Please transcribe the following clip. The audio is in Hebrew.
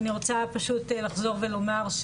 ואני רוצה פשוט לחזור ולומר,